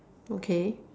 okay